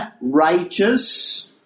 righteous